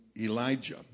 Elijah